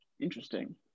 Interesting